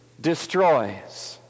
destroys